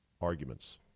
arguments